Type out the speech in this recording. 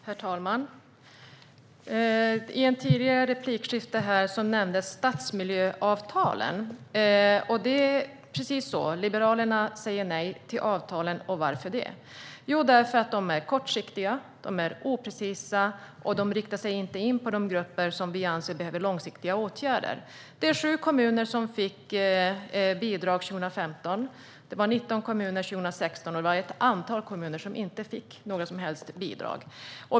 Herr talman! I ett tidigare replikskifte nämndes stadsmiljöavtalen. Liberalerna säger nej till avtalen. Varför gör vi det? Jo, därför att de är kortsiktiga, oprecisa och riktar inte in sig på de grupper som vi anser behöver långsiktiga åtgärder. Det var 7 kommuner som fick bidrag 2015 och 19 kommuner 2016. Men det var ett antal kommuner som inte fick några som helst bidrag.